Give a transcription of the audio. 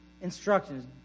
instructions